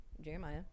Jeremiah